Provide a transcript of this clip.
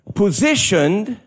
positioned